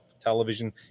television